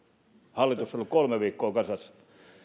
hallitus on ollut kolme viikkoa kasassa